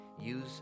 Use